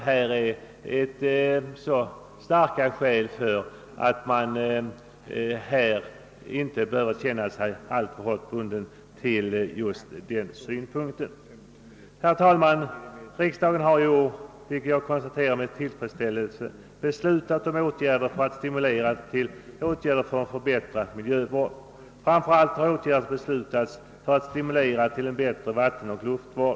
Jag anser därför att starka skäl talar för att man inte behöver känna sig alltför hårt bunden till den synpunkten i detta fall. Sedan konstaterar jag med tillfredsställelse att riksdagen beslutat om åtgärder avsedda att stimulera till en bättre miljövård, framför allt en bättre vattenoch luftvård.